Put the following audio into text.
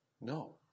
No